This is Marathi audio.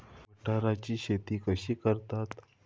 मटाराची शेती कशी करतात?